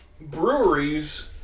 breweries